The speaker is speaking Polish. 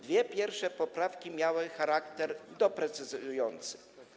Dwie pierwsze poprawki miały charakter doprecyzowujący.